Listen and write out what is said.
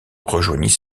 rejoignit